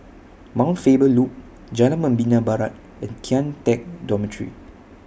Mount Faber Loop Jalan Membina Barat and Kian Teck Dormitory